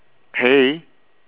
hey